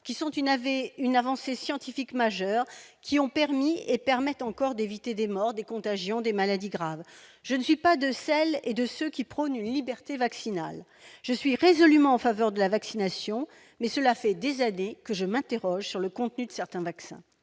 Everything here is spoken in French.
des vaccins, avancée scientifique majeure, qui a permis et permet encore d'éviter des morts, des contagions, des maladies graves. Je ne suis pas de celles et de ceux qui prônent une liberté vaccinale. Je suis résolument en faveur de la vaccination, mais cela fait des années que je m'interroge sur le contenu de certains vaccins.